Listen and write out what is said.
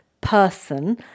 person